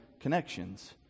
connections